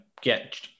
get